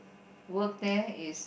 work there is